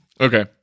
okay